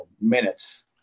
minutes